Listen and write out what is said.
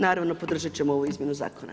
Naravno, podržati ćemo ovu izmjenu Zakona.